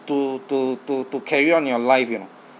to to to to carry on your life you know